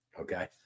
Okay